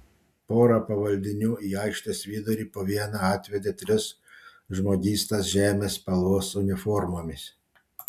pora pavaldinių į aikštės vidurį po vieną atvedė tris žmogystas žemės spalvos uniformomis